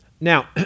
Now